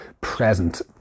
present